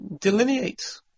delineate